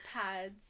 pads